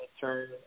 turn